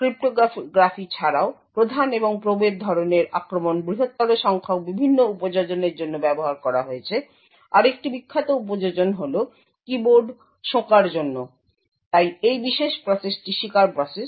cryptography ছাড়াও প্রধান এবং প্রোবের ধরনের আক্রমণ বৃহত্তর সংখ্যক বিভিন্ন উপযোজনের জন্য ব্যবহার করা হয়েছে আরেকটি বিখ্যাত উপযোজন হল কীবোর্ড শোঁকার জন্য তাই এই বিশেষ প্রসেসটি শিকার প্রসেস